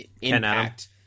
impact